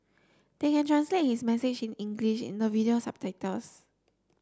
they can translate his message in English in the video subtitles